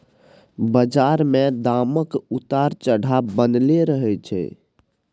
बजार मे दामक उतार चढ़ाव बनलै रहय छै